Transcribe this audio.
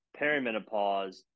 perimenopause